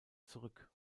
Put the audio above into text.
zurück